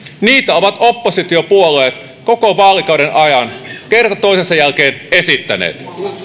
niitä ovat oppositiopuolueet koko vaalikauden ajan kerta toisensa jälkeen esittäneet